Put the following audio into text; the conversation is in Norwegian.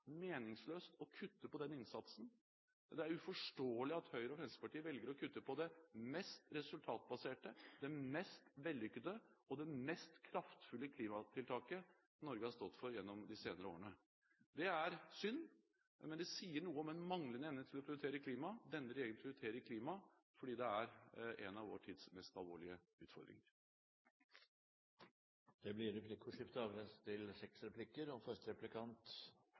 meningsløst å kutte i den innsatsen, det er uforståelig at Høyre og Fremskrittspartiet velger å kutte i det mest resultatbaserte, det mest vellykkede og det mest kraftfulle klimatiltaket Norge har stått for gjennom de senere årene. Det er synd, men det sier noe om en manglende evne til å prioritere klima. Denne regjeringen prioriterer klima fordi det er en av vår tids mest alvorlige utfordringer. Det blir replikkordskifte. Statsministeren la mye vekt på arbeid og